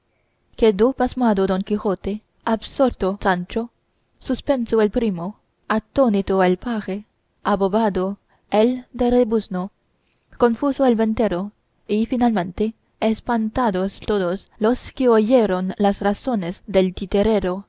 quedó pasmado don quijote absorto sancho suspenso el primo atónito el paje abobado el del rebuzno confuso el ventero y finalmente espantados todos los que oyeron las razones del titerero